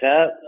up